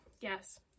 yes